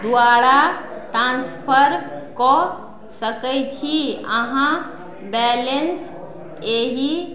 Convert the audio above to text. द्वारा ट्रांसफर कऽ सकैत छी अहाँ बैलेंस एहि